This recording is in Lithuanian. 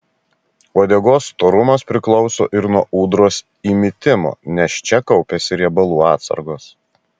uodegos storumas priklauso ir nuo ūdros įmitimo nes čia kaupiasi riebalų atsargos